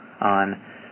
on